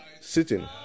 sitting